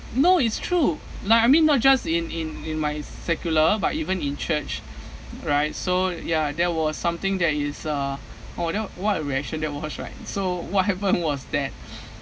no it's true like I mean not just in in in my secular but even in church right so ya there was something that is uh although what a reaction that was right so what happen was that